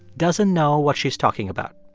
doesn't know what she's talking about.